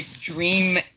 dream